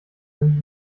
nie